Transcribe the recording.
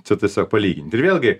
čia tiesiog palygint ir vėlgi